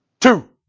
Two